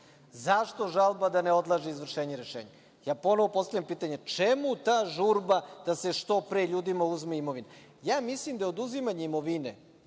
Zašto žalba da ne odlaže izvršenje rešenja? Ja ponovo postavljam pitanje – čemu ta žurba da se što pre ljudima uzme imovina? Mislim da se oduzimanje imovine